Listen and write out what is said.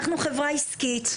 אנחנו חברה עסקית,